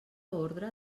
ordre